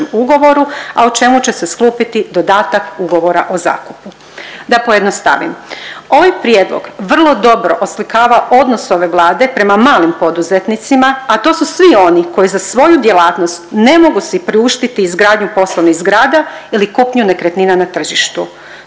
ugovoru a o čemu se sklopiti dodatak ugovora o zakupu. Da pojednostavim, ovaj prijedlog vrlo dobro oslikava odnos ove Vlade prema malim poduzetnicima a to su svi oni koji za svoju djelatnost ne mogu si priuštiti izgradnju poslovnih zgrada ili kupnju nekretnina na tržištu.